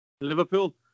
Liverpool